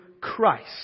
Christ